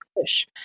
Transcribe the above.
push